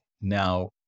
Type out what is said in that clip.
Now